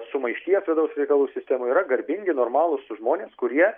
sumaišties vidaus reikalų sistemoj yra garbingi normalūs žmonės kurie